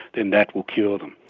then that will cure them.